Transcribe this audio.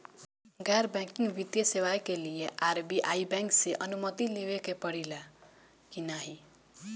गैर बैंकिंग वित्तीय सेवाएं के लिए आर.बी.आई बैंक से अनुमती लेवे के पड़े ला की नाहीं?